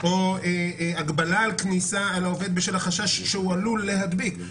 או הגבלה על כניסה לעובד בשל החשש שהוא עלול להדביק.